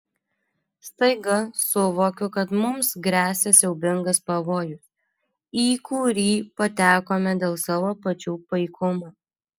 staiga suvokiu kad mums gresia siaubingas pavojus į kurį patekome dėl savo pačių paikumo